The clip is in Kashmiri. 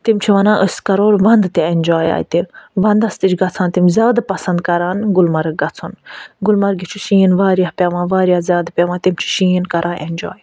تِم چھِ وَنان أسۍ کَرَو وَنٛدٕ تہِ اٮ۪نجاے اَتہِ وَنٛدَس تہِ چھِ کران تِم زیادٕ پَسنٛد کران گُلمرگ گژھُن گُلمرگہِ چھُ شیٖن واریاہ پٮ۪وان واریاہ زیادٕ پٮ۪وان تِم چھِ شیٖن کران اٮ۪نجاے